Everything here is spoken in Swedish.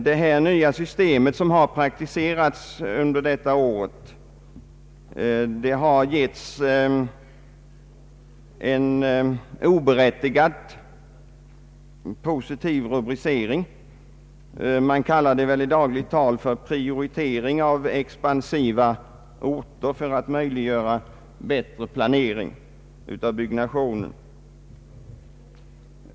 Det nya system som har praktiserats under detta år har givits en oberättigat positiv rubricering. Man kallar det i dagligt tal för prioritering av expansiva orter för att möjliggöra bättre planering av byggnationen.